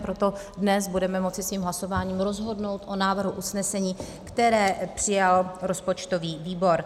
Proto dnes budeme moci svým hlasováním rozhodnout o návrhu usnesení, které přijal rozpočtový výbor.